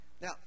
Now